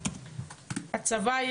הצבא,